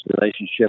relationship